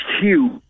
huge